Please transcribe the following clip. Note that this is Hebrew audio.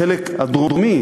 בחלק הדרומי,